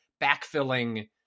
backfilling